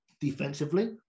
Defensively